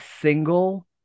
single